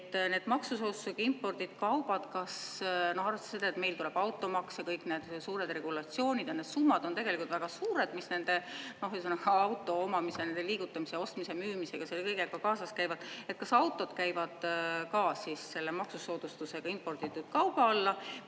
need maksusoodustusega imporditud kaubad, arvestades seda, et meil tuleb automaks ja kõik need suured regulatsioonid ja need summad on tegelikult väga suured, mis auto omamisel, liigutamise, ostmise ja müümisega, selle kõigega kaasas käivad, et kas autod käivad ka selle maksusoodustusega imporditud kauba alla,